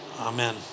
amen